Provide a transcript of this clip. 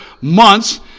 months